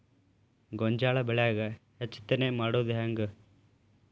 ಗೋಂಜಾಳ ಬೆಳ್ಯಾಗ ಹೆಚ್ಚತೆನೆ ಮಾಡುದ ಹೆಂಗ್?